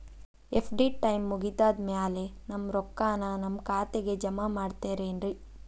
FD time ಮುಗಿದಾದ್ ಮ್ಯಾಲೆ ನಮ್ ರೊಕ್ಕಾನ ನಮ್ ಖಾತೆಗೆ ಜಮಾ ಮಾಡ್ತೇರೆನ್ರಿ?